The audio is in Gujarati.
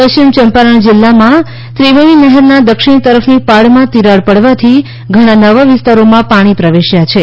પશ્ચિમ ચંપારણ જિલ્લામાં ત્રિવેણી નહેરના દક્ષિણ તરફની પાળમાં તિરાડ પડવાથી ઘણા નવા વિસ્તારોમાં પાણી પ્રવેશ્યા છે